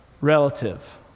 relative